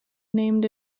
named